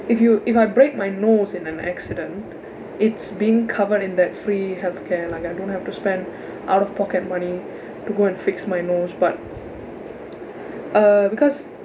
if you if I break my nose in an accident it's being covered in that free health care like I don't have to spend out of pocket money to go and fix my nose but uh because